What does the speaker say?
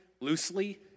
loosely